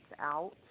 out